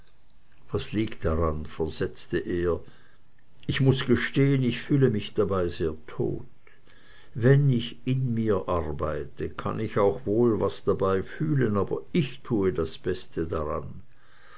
was liegt daran versetzte er ich muß gestehen ich fühle mich dabei sehr tot wenn ich in mir arbeite kann ich auch wohl was dabei fühlen aber ich tue das beste daran